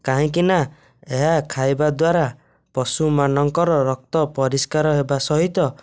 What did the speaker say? କାହିଁକି ନା ଏହା ଖାଇବା ଦ୍ଵାରା ପଶୁମାନଙ୍କର ରକ୍ତ ପରିଷ୍କାର ହେବା ସହିତ